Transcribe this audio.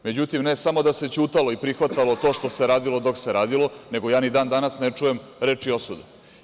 Međutim, ne samo da se ćutalo i prihvatalo to što se radilo dok se radilo, nego ja ni dan danas ne čujem reči osude.